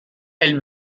elle